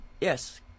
Yes